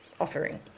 offering